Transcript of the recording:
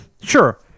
sure